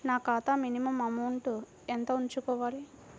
నా ఖాతా minimum amount ఎంత ఉంచుకోవాలి?